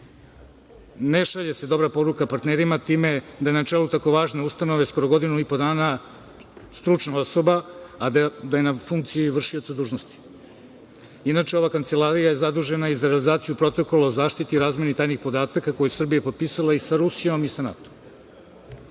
Ne šalje se dobra poruka partnerima time da na čelu tako važne ustanove skoro godinu i po dana stručna osoba a da je na funkciji v.d. Inače, ova Kancelarija je zadužena i za realizaciju protokola o zaštiti i razmeni tajnih podataka koji je Srbija potpisala i sa Rusijom i sa